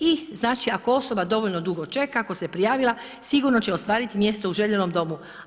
I znači ako osoba dovoljno dugo čeka, ako se prijavila sigurno će ostvariti mjesto u željenom domu.